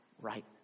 right